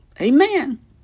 Amen